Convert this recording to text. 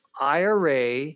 IRA